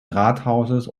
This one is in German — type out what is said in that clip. rathauses